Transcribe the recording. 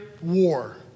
war